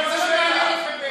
אבל זה לא מעניין אתכם באמת.